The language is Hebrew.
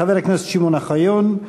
חבר הכנסת שמעון אוחיון,